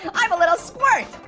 and i'm a little squirt.